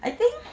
I think